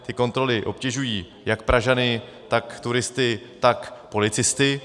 Ty kontroly obtěžují jak Pražany, tak turisty, tak policisty.